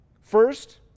First